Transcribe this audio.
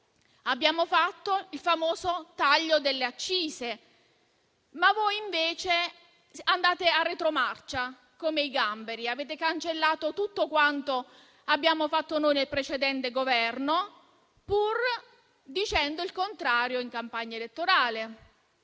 Abbiamo operato il famoso taglio delle accise, ma voi invece procedete in retromarcia come i gamberi e avete cancellato tutto quanto abbiamo fatto nel precedente Governo, pur affermando il contrario in campagna elettorale.